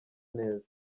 neza